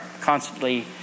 constantly